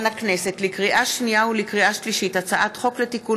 לקריאה שנייה ולקריאה שלישית: הצעת חוק לתיקון